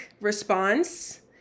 response